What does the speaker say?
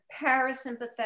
parasympathetic